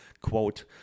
quote